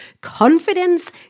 Confidence